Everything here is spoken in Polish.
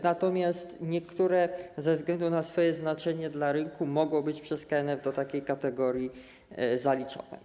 Natomiast niektóre ze względu na swoje znaczenie dla rynku mogą być przez KNF do takiej kategorii zaliczone.